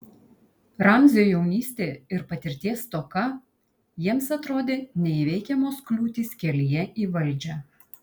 ramzio jaunystė ir patirties stoka jiems atrodė neįveikiamos kliūtys kelyje į valdžią